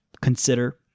consider